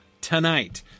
tonight